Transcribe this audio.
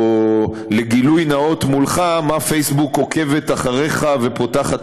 או גילוי נאות מולך במה פייסבוק עוקבת אחריך ופותחת